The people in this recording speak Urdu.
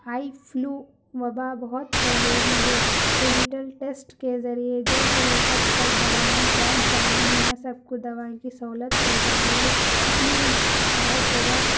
آئی فلو وبا بہت پھیلے ہوئی ہے ڈیجیٹل ٹیسٹ کے ذریعے جیسے جیسے اب تک دوائیاں پہنچ جا رہی ہیں سب کو دوا کی سہولت ہو جا رہی ہے اتنی ہر جگہ